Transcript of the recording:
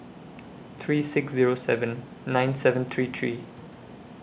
three six Zero seven nine seven three three